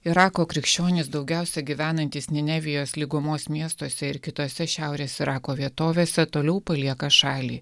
irako krikščionys daugiausiai gyvenantys ninevijos lygumos miestuose ir kitose šiaurės irako vietovėse toliau palieka šalį